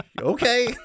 okay